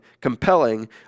compelling